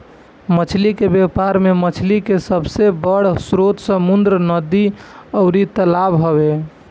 मछली के व्यापार में मछरी के सबसे बड़ स्रोत समुंद्र, नदी अउरी तालाब हवे